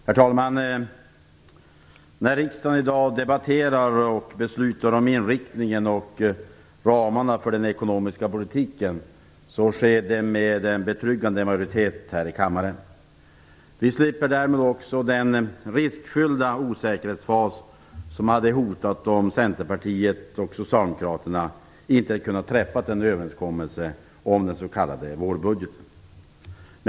Herr talman! När riksdagen i dag debatterar och beslutar om inriktningen och ramarna för den ekonomiska politiken sker det med en betryggande majoritet här i kammaren. Vi slipper därmed också den riskfyllda osäkerhetsfas som hade hotat om Centerpartiet och Socialdemokraterna inte hade kunnat träffa en överenskommelse om den s.k. vårbudgeten.